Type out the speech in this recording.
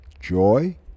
joy